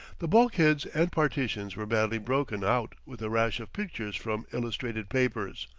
the bulkheads and partitions were badly broken out with a rash of pictures from illustrated papers,